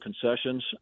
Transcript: concessions